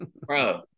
Bro